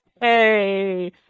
Hey